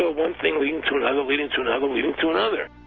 ah one thing leading to another, leading to another, leading to another.